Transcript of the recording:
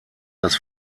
das